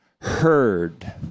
heard